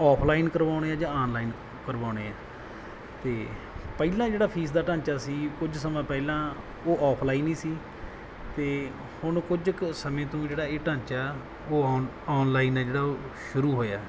offline ਕਰਵਾਉਂਦੇ ਹਾਂ ਜਾਂ ਆਨਲਾਈਨ ਕਰਵਾਉਂਦੇ ਹਾਂ ਅਤੇ ਪਹਿਲਾਂ ਜਿਹੜਾ ਫੀਸ ਦਾ ਢਾਂਚਾ ਸੀ ਕੁਝ ਸਮਾਂ ਪਹਿਲਾਂ ਉਹ ਅੋਫਲਾਈਨ ਹੀ ਸੀ ਅਤੇ ਹੁਣ ਕੁਝ ਕੁ ਸਮੇਂ ਤੋਂ ਜਿਹੜਾ ਇਹ ਢਾਂਚਾ ਉਹ ਅੋਨ ਅੋਨਲਾਈਨ ਹੈ ਜਿਹੜਾ ਉਹ ਸ਼ੁਰੂ ਹੋਇਆ